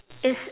is